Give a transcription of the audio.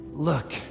look